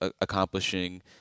accomplishing